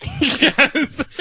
Yes